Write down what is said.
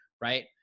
right